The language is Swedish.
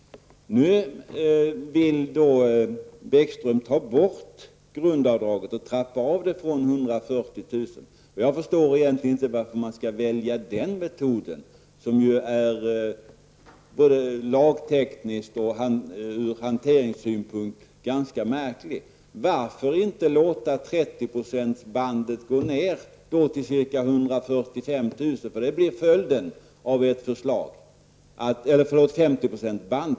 Nu vill Bäckström ta bort grundavdraget och trappa av det från 140 000. Jag förstår egentligen inte varför man skall välja den metoden, som både ur lagteknisk synpunkt och hanteringssynpunkt är ganska märklig. Varför låter man inte 50-procentsbandet gå ned till ca 145 000, eftersom det blir följden av ert förslag?